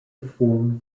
formed